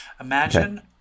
Imagine